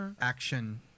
action